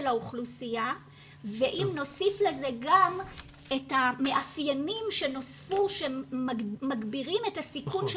האוכלוסייה ואם נוסיף לזה גם את המאפיינים שנוספו שמגבירים את הסיכון של